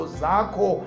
zako